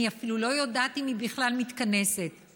אני אפילו לא יודעת אם היא מתכנסת בכלל.